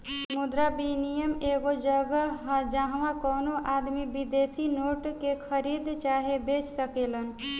मुद्रा विनियम एगो जगह ह जाहवा कवनो आदमी विदेशी नोट के खरीद चाहे बेच सकेलेन